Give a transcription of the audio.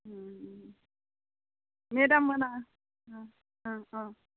मेदाममोना अ